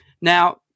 Now